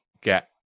get